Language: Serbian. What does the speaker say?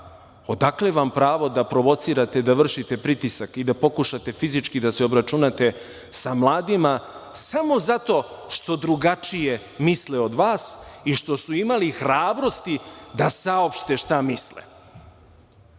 Odakle vam pravo da provocirate, da vršite pritisak i da pokušate fizički da se obračunate sa mladima, samo zato što drugačije misle od vas i što su imali hrabrosti da saopšte šta misle? Vi